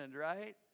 right